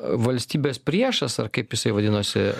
valstybės priešas ar kaip jisai vadinosi